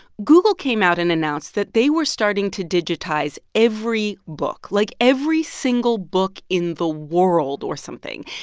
google came out and announced that they were starting to digitize every book like, every single book in the world or something.